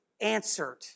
answered